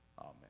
Amen